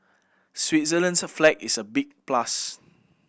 Switzerland's flag is a big plus